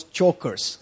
chokers